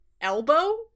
elbow